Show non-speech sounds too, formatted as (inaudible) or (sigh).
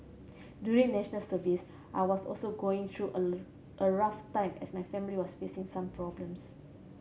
during National Service I was also going through a (unintelligible) rough time as my family was facing some problems